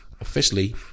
officially